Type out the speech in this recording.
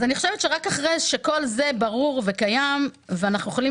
אני חושבת שרק אחרי שכל זה ברור וקיים ואנחנו יכולים